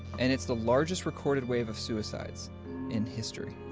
and it's the largest recorded wave of suicides in history.